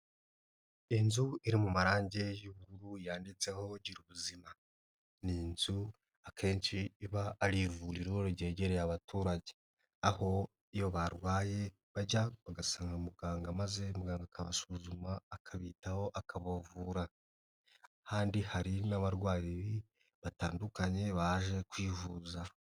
Inzu iri mu marange y'ubururu yanditseho gira ubuzima, nk inzu akenshi iba ari ivuriro ryegereye abaturage aho iyo barwaye bajyayo bagasanga muganga maze muganga akabasuzuma akabitaho akabavura, ahandi hari n'abarwayi batandukanye baje kwivuza.